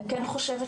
אני חוזרת